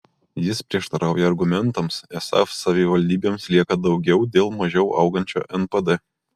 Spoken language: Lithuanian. jis prieštarauja argumentams esą savivaldybėms lieka daugiau dėl mažiau augančio npd